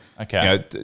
Okay